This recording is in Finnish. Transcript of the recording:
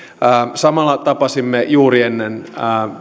samalla tapasimme juuri ennen